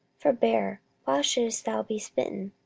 forbear why shouldest thou be smitten?